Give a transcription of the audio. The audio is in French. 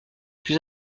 plus